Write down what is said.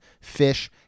fish